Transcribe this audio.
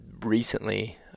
recently